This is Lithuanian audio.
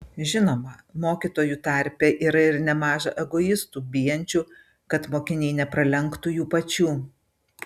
žinoma mokytojų tarpe yra ir nemaža egoistų bijančių kad mokiniai nepralenktų jų pačių